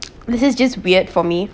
this is just weird for me